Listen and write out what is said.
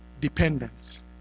Dependence